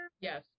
Yes